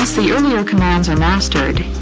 the earlier commands are mastered,